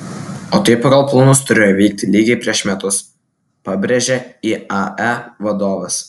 o tai pagal planus turėjo įvykti lygiai prieš metus pabrėžė iae vadovas